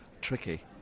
tricky